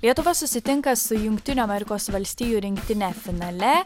lietuva susitinka su jungtinių amerikos valstijų rinktine finale